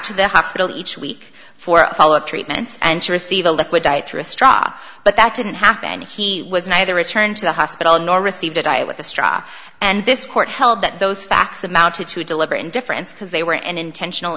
to the hospital each week for a follow up treatment and to receive a liquid diet through a straw but that didn't happen and he was neither returned to the hospital nor received it with a straw and this court held that those facts amounted to deliberate indifference because they were an intentional